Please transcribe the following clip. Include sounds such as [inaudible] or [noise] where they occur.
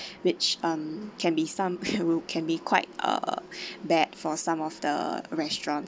which um can be some [laughs] can be quite uh bad for some of the restaurants